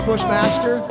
Bushmaster